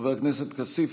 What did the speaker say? חבר הכנסת כסיף,